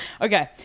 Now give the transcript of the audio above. Okay